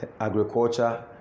agriculture